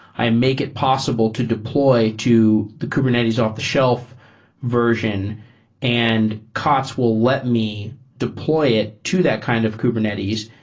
i make it possible to deploy to the kubernetes off-the-shelf version and kots will let me deploy it to that kind of kubernetes,